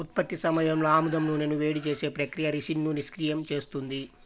ఉత్పత్తి సమయంలో ఆముదం నూనెను వేడి చేసే ప్రక్రియ రిసిన్ను నిష్క్రియం చేస్తుంది